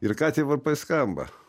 ir ką tie varpai skamba